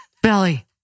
Belly